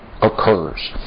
occurs